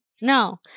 No